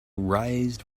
raised